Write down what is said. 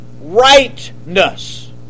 rightness